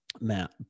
Matt